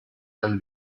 dal